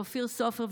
לאופיר סופר,